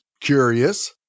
curious